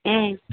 হুম